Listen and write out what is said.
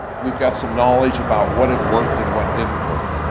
we've got some knowledge about what it worked and what didn't work.